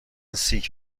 سیک